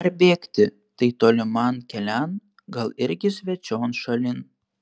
ar bėgti tai toliman kelian gal irgi svečion šalin